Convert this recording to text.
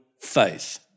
faith